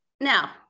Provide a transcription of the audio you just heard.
Now